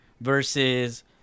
versus